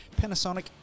Panasonic